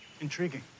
Intriguing